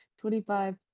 twenty-five